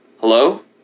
Hello